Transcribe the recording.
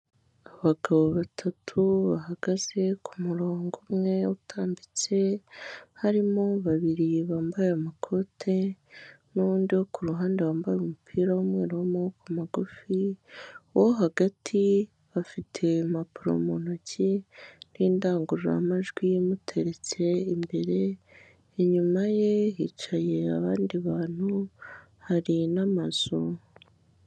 Abagabo batatu bahagaze ku murongo umwe utambitse harimo babiri bambaye amakoti n'undi wo kuruhande wambaye umupira w'umweru w'amaboko magufi uwo hagati bafite impapuro mu ntoki n'indangururamajwi imuteretse imbere inyuma ye hicaye abandi bantu hari n'amazu.